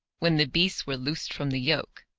when the beasts were loosed from the yoke,